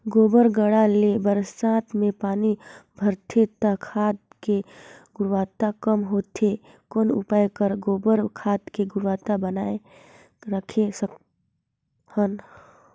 गोबर गढ्ढा ले बरसात मे पानी बहथे त खाद के गुणवत्ता कम होथे कौन उपाय कर गोबर खाद के गुणवत्ता बनाय राखे सकत हन?